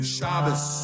Shabbos